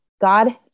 God